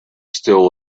still